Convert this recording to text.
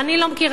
אני למדתי,